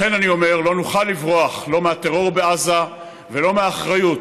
לכן אני אומר: לא נוכל לברוח לא מהטרור בעזה ולא מהאחריות,